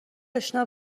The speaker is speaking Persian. اشنا